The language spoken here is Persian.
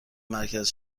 مرکز